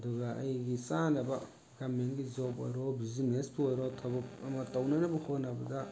ꯑꯗꯨꯒ ꯑꯩꯒꯤ ꯆꯥꯅꯕ ꯒꯔꯃꯦꯟꯒꯤ ꯖꯣꯕ ꯑꯣꯏꯔꯣ ꯕꯤꯖꯤꯅꯦꯁꯄꯨ ꯑꯣꯏꯔꯣ ꯊꯕꯛ ꯑꯃ ꯇꯧꯅꯅꯕ ꯍꯣꯠꯅꯕꯗ